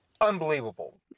unbelievable